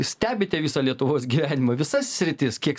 stebite visą lietuvos gyvenimą visas sritis kiek